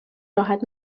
راحت